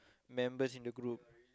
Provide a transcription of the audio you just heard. members in the group